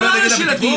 גם לנו יש ילדים.